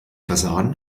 versahen